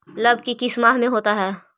लव की किस माह में होता है?